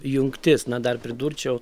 jungtis na dar pridurčiau